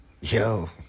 yo